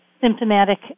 symptomatic